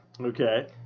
Okay